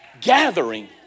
gathering